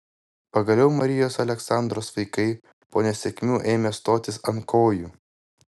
pagaliau marijos aleksandros vaikai po nesėkmių ėmė stotis ant kojų